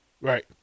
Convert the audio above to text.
Right